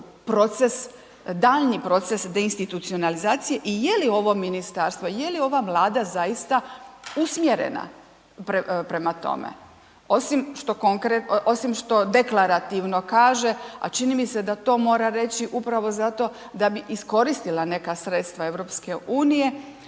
proces, daljnji proces deinstitucionalizacije i je li ovo ministarstvo, je li ova Vlada zaista usmjerena prema tome osim što deklarativno kaže a čini mi se da to mora reći upravo zato da bi iskoristila neka sredstva EU-a